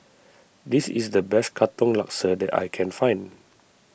this is the best Katong Laksa that I can find